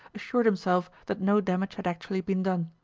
assured himself that no damage had actually been done.